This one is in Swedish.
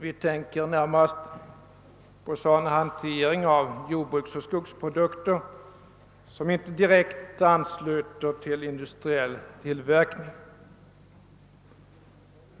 Vi tänker närmast på en sådan hantering av jordbruksoch skogsprodukter som inte direkt ansluter till industriell tillverkning.